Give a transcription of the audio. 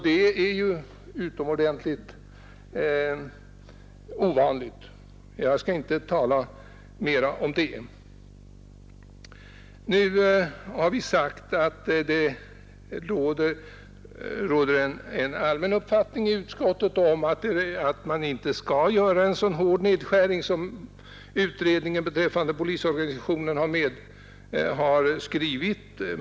Det är ju utomordentligt ovanligt, men jag skall inte tala mer om det. Vi har sagt att det inom utskottet råder en allmän uppfattning att man inte bör göra en så hård nedskärning som utredningen beträffande polisorganisationen föreslagit.